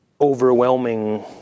overwhelming